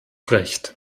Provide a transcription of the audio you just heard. recht